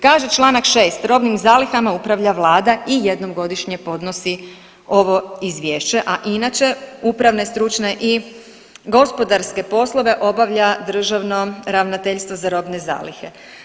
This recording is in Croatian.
Kaže članak 6.: „Robnim zalihama upravlja Vlada i jednom godišnje podnosi ovo izvješće, a inače upravne, stručne i gospodarske poslove obavlja Državno ravnateljstvo za robne zalihe.